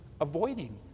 avoiding